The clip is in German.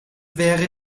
wäre